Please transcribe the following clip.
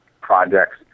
projects